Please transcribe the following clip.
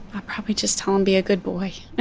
i'll probably just tell him, be a good boy